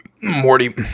Morty